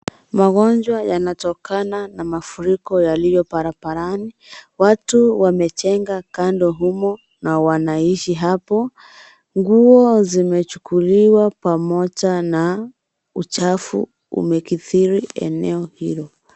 Magonjwa yanatokana na mafuriko yaliyo barabarani. Watu wamejenga kando humo na wanaishi hapo. Nguo zimechukuliwa pamoja na uchafu umekidhiri eneo hilo.